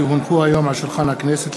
כי הונחו היום על שולחן הכנסת,